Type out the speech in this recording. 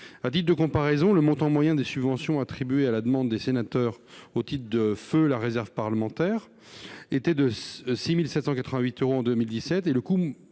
À titre de comparaison, le montant moyen des subventions attribuées à la demande des sénateurs au titre de feue la réserve parlementaire était de 6 788 euros en 2017, et le coût